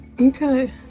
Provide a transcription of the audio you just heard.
Okay